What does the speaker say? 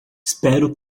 espero